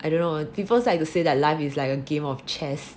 I don't know people like to say that life is like a game of chess